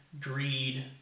greed